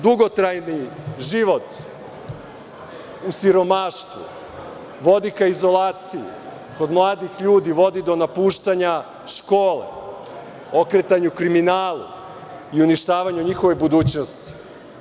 Dugotrajni život u siromaštvu vodi ka izolaciji, kod mladih ljudi vodi do napuštanja škole, okretanju kriminalu i uništavanju njihove budućnosti.